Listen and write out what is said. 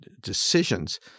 decisions